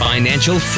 Financial